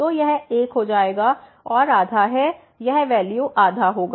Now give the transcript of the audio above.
तो यह 1 हो जाएगा और आधा है यह वैल्यू आधा होगा